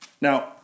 Now